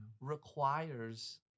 requires